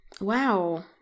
Wow